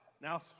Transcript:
now